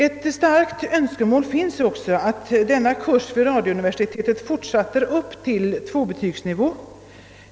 Ett starkt önskemål är också att denna kurs vid radiouniversitetet fortsätter upp till tvåbetygsnivå.